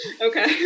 Okay